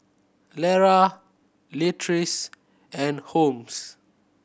Lara Leatrice and Holmes